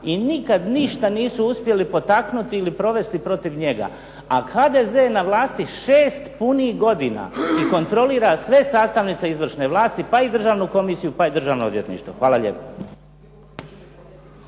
i nikad ništa nisu uspjeli potaknuti ili provesti protiv njega, a HDZ je na vlasti 6 punih godina i kontrolira sve sastavnice izvršne vlasti, pa i državnu komisiju, pa i Državno odvjetništvo. Hvala lijepo.